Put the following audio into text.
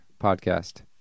podcast